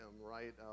right